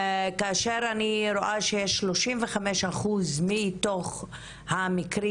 כאשר אני רואה שיש 35 אחוז מתוך המקרים